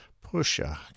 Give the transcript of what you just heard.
pusher